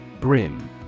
Brim